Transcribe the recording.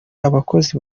abakozi